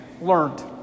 learned